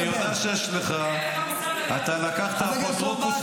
יש לי עצה, תפסיק לדבר על מה שאין לך מושג.